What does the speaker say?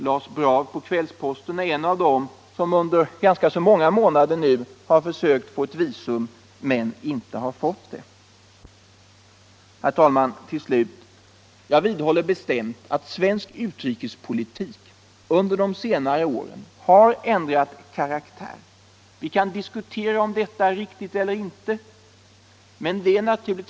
Lars Braw på Kvällsposten är en av dem som under ganska många månader nu har försökt att få visum men inte fått det. Herr talman! Till slut vidhåller jag bestämt att svensk utrikespolitik under de senare åren har ändrat karaktär. Vi kan diskutera om detta är riktigt eller inte.